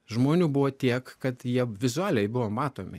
žmonių buvo tiek kad jie vizualiai buvo matomi